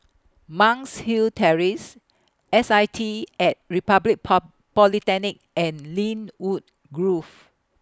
Monk's Hill Terrace S I T At Republic Polytechnic and Lynwood Grove